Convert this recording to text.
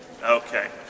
Okay